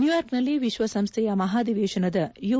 ನ್ಯೂಯಾರ್ಕ್ನಲ್ಲಿ ವಿಶ್ವ ಸಂಸ್ದೆಯ ಮಹಾಧಿವೇಶನದ ಯು